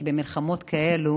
כי במלחמות כאלו